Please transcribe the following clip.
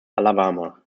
alabama